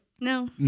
No